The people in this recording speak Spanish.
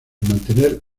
mantener